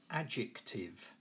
adjective